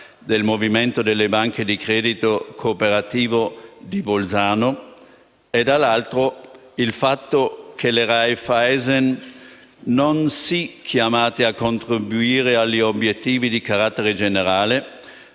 del movimento delle banche di credito cooperativo di Bolzano; dall'altro, il fatto che le Raiffeisen sono sì chiamate a contribuire agli obiettivi di carattere generale,